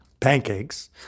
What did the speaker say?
Pancakes